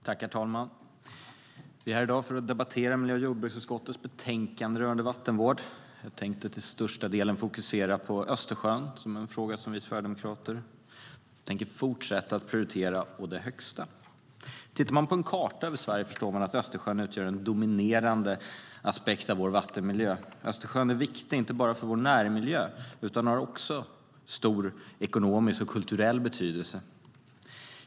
Herr talman! Vi är här i dag för att debattera miljö och jordbruksutskottets betänkande rörande vattenvård. Jag tänkte till största delen fokusera på Östersjön som är en fråga som vi sverigedemokrater tänker fortsätta att prioritera å det högsta. Tittar man på en karta över Sverige förstår man att Östersjön utgör en dominerande aspekt av vår vattenmiljö. Östersjön är viktig inte bara för vår närmiljö utan har också stor ekonomisk och kulturell betydelse.